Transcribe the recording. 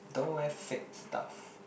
don't wear fake stuff